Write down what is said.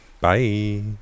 bye